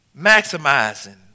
maximizing